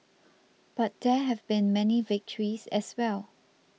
but there have been many victories as well